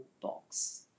box